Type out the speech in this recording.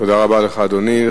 תודה רבה לך, אדוני.